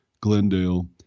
Glendale